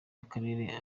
y’akarere